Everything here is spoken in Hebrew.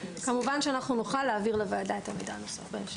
כמובן שנוכל להעביר לוועדה את המידע הנוסף בהמשך.